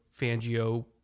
Fangio